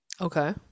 Okay